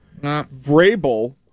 Vrabel